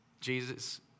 Jesus